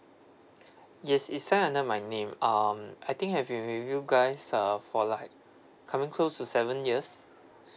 yes it's sign under my name um I think I have been with you guys uh for like coming close to seven years